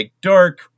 dark